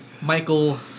Michael